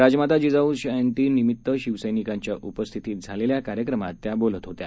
राजमाता जिजाऊ जयंती निमित्त शिवसैनिकांच्या उपस्थितीत झालेल्या कार्यक्रमात त्या बोलत होत्या